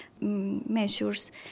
measures